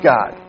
God